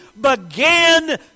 began